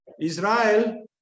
Israel